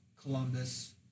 Columbus